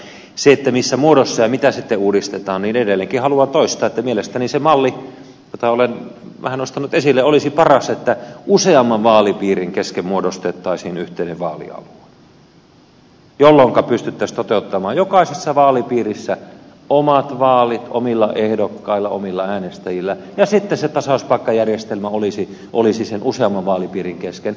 aina on jotain uudistettavaa mutta siihen missä muodossa ja mitä sitten uudistetaan edelleenkin haluan toistaa että mielestäni se malli jota olen vähän nostanut esille olisi paras että useamman vaalipiirin kesken muodostettaisiin yhteinen vaalialue jolloinka pystyttäisiin toteuttamaan jokaisessa vaalipiirissä omat vaalit omilla ehdokkailla omilla äänestäjillä ja sitten se tasauspaikkajärjestelmä olisi useamman vaalipiirin kesken